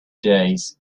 days